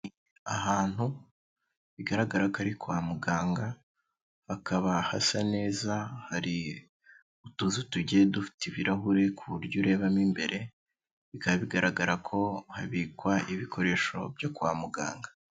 Ahantu bigaragara ko ari kwa muganga, hakaba hasa neza, hari utuzu tugiye dufite ibirahuri ku buryo ureba mo imbere, bikaba bigaragara ko habikwa ibikoresho byo kwa muganga.